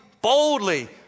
boldly